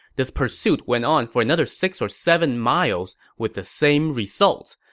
this pursuit went on for another six or seven miles, with the same results.